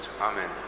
Amen